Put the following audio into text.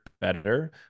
better